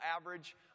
average